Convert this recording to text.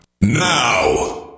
now